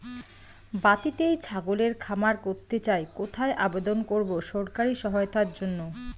বাতিতেই ছাগলের খামার করতে চাই কোথায় আবেদন করব সরকারি সহায়তার জন্য?